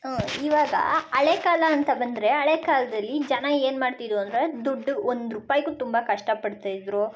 ಇವಾಗ ಹಳೇ ಕಾಲ ಅಂತ ಬಂದರೆ ಹಳೇ ಕಾಲದಲ್ಲಿ ಜನ ಏನು ಮಾಡ್ತಿದ್ದರು ಅಂದರೆ ದುಡ್ಡು ಒಂದು ರೂಪಾಯ್ಗು ತುಂಬ ಕಷ್ಟ ಪಡ್ತಾ ಇದ್ದರು